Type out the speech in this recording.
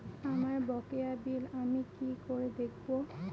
আমার বকেয়া বিল আমি কি করে দেখব?